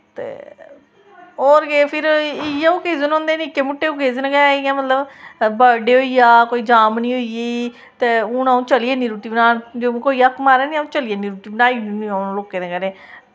ते होर केह् फिर इ'यै ओकेज़न होंदे निक्के मुट्टे ओकेज़न गै इ'यां मतलब बर्थडे होई गेआ कोई जामनी होई गेई ते हून अ'ऊं चली जन्नी रुट्टी बनान जो बी कोई हक मारै नी अ'ऊं चली जन्नी रुट्टी बनाई हून में लोकें दे घरें